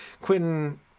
Quentin